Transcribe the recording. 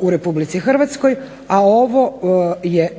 u RH, a ovo je